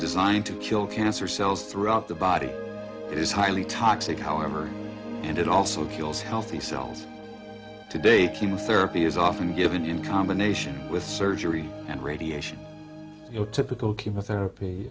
designed to kill cancer cells throughout the body it is highly toxic however and it also feels healthy cells today chemotherapy is often given in combination with surgery and radiation your typical chemotherapy